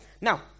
now